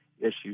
issues